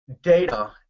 data